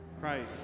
Christ